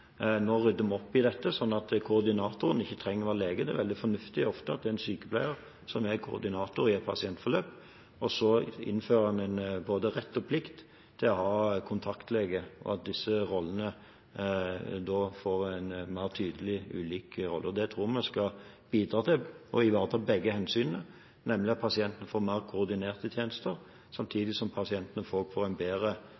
Nå rydder vi opp i dette, slik at koordinatoren ikke trenger å være lege. Det er ofte veldig fornuftig at det er en sykepleier som er koordinator i et pasientforløp. Så innfører vi både en rett og en plikt til å ha kontaktlege, og disse rollene blir da mer tydelig ulike. Det tror vi skal bidra til å ivareta begge hensynene, nemlig at pasientene får mer koordinerte tjenester, samtidig som pasientene får en bedre